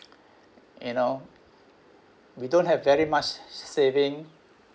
you know we don't have very much saving